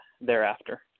thereafter